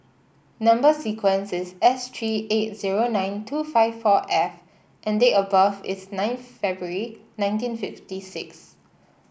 number sequence is S three eight zero nine two five four F and date of birth is ninth February nineteen fifty six